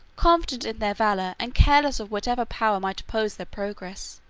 confident their valor, and careless of whatever power might oppose their progress.